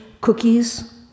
cookies